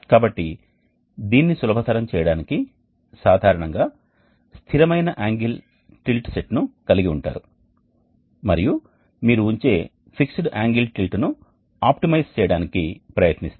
కాబట్టి దీన్ని సులభతరం చేయడానికి సాధారణంగా స్థిరమైన యాంగిల్ టిల్ట్ సెట్ ను కలిగి ఉంటారు మరియు మీరు ఉంచే ఫిక్స్డ్ యాంగిల్ టిల్ట్ ను ఆప్టిమైజ్ చేయడానికి ప్రయత్నిస్తారు